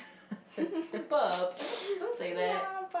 don't say that